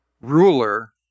ruler